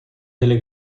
delle